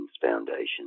foundations